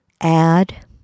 add